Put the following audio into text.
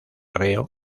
reo